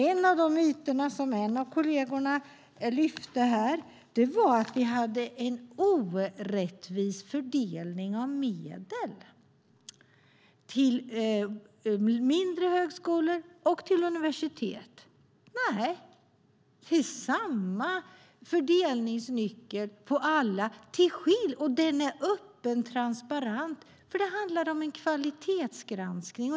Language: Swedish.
En av de myter som en av utskottskollegerna tog fram var att vi skulle ha en orättvis fördelning av medel till mindre högskolor och till universitet. Nej, det är samma fördelningsnyckel för alla. Och den är öppen, transparent. Det handlar om en kvalitetsgranskning.